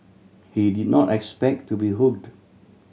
he did not expect to be hooked